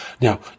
Now